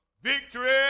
Victory